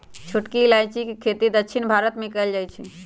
छोटकी इलाइजी के खेती दक्षिण भारत मे कएल जाए छै